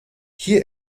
hier